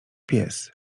pies